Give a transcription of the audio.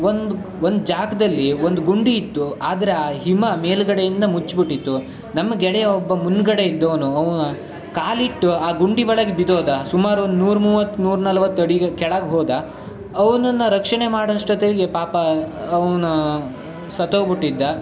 ಒಂದು ಒಂದು ಜಾಗದಲ್ಲಿ ಒಂದು ಗುಂಡಿ ಇತ್ತು ಆದರೆ ಆ ಹಿಮ ಮೇಲ್ಗಡೆಯಿಂದ ಮುಚ್ಬಿಟ್ಟಿತ್ತು ನಮ್ಮ ಗೆಳೆಯ ಒಬ್ಬ ಮುಂದ್ಗಡೆ ಇದ್ದವನು ಅವ ಕಾಲಿಟ್ಟು ಆ ಗುಂಡಿ ಒಳಗೆ ಬಿದ್ದೋದ ಸುಮಾರು ಒಂದು ನೂರ ಮೂವತ್ತು ನೂರ ನಲ್ವತ್ತು ಅಡಿಗೆ ಕೆಳಗೆ ಹೋದ ಅವನನ್ನ ರಕ್ಷಣೆ ಮಾಡೋಷ್ಟೊತ್ತಿಗೆ ಪಾಪ ಅವ್ನು ಸತ್ತೋಗ್ಬಿಟ್ಟಿದ್ದ